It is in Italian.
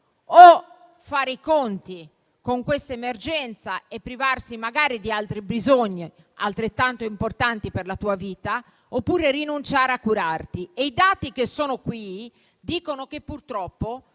o fare i conti con questa emergenza e privarsi magari di altri bisogni altrettanto importanti per la propria vita, oppure rinunciare a curarsi. I dati dicono che purtroppo